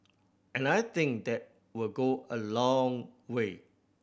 and I think that will go a long way